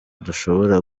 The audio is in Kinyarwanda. dushobora